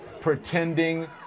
pretending